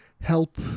HELP